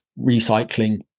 recycling